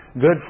good